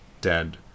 dead